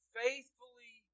faithfully